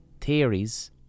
theories